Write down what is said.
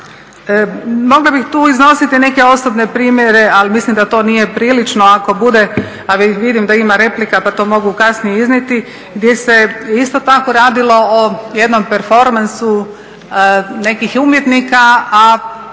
Mogla bih tu iznositi neke osobne primjere, ali mislim da to nije prilično. Ako bude, a vidim da ima replika pa to mogu kasnije iznijeti, gdje se isto tako radilo o jednom performansu nekih umjetnika a